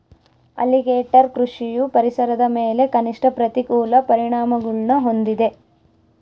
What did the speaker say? alligator ಕೃಷಿಯು ಪರಿಸರದ ಮೇಲೆ ಕನಿಷ್ಠ ಪ್ರತಿಕೂಲ ಪರಿಣಾಮಗುಳ್ನ ಹೊಂದಿದೆ